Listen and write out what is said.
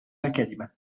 كلمة